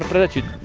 altitude,